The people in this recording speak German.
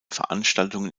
veranstaltungen